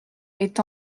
est